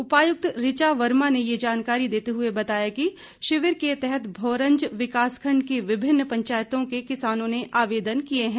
उपायुक्त ऋचा वर्मा ने यह जानकारी देते हुए बताया कि शिविर के तहत भोरंज विकास खंड की विभिन्न पंचायतों के किसानों ने आवेदन किए हैं